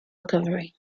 recovery